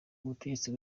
ubutegetsi